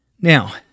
Now